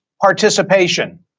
participation